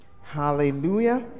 hallelujah